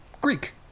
Greek